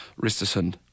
Risterson